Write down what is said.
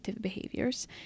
behaviors